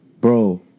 Bro